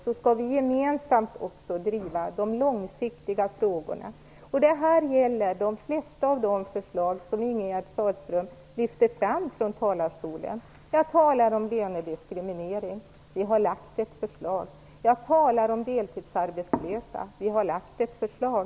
Då kan vi gemensamt också driva de långsiktiga frågorna. Det här gäller de flesta av de förslag som Ingegerd Sahlström lyfter fram från talarstolen. Hon talar om lönediskriminering: Vi har lagt ett förslag. Hon talar om deltidsarbetslösa: Vi har lagt ett förslag.